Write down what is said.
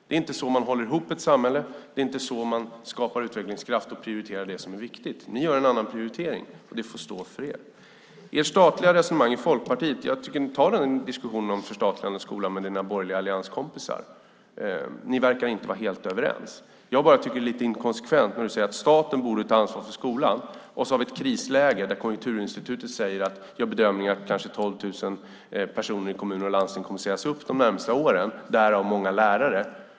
Det är inte så man håller ihop ett samhälle, det är inte så man skapar utvecklingskraft och prioriterar det som viktigt. Ni gör en annan prioritering, och det får stå för er. Ta gärna en diskussion om förstatligande av skolan med era borgerliga allianskompisar. Ni verkar inte vara helt överens. Jag tycker bara att du, Christer Nylander, är lite inkonsekvent när du säger att staten borde ta ansvar för skolan då vi har krisläge och Konjunkturinstitutet gör bedömningen att kanske 12 000 personer inom kommuner och landsting kommer att sägas upp de närmaste åren, däribland många lärare.